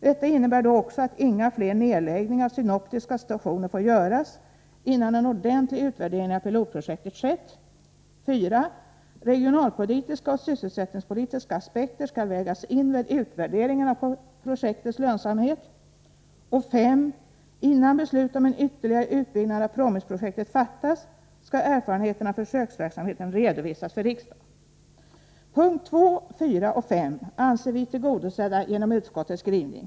Detta innebär då också att inga fler nedläggningar av synoptiska stationer får göras innan en ordentlig utvärdering av pilotprojektet skett. 4. Regionalpolitiska och sysselsättningspolitiska aspekter skall vägas in vid utvärderingen av projektets lönsamhet. 5. Innan beslut om en ytterligare utbyggnad av PROMIS-projektet fattas skall erfarenheterna av försöksverksamheten redovisas för riksdagen. Punkterna 2, 4 och 5 anser vi vara tillgodosedda genom utskottets skrivning.